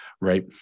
right